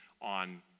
on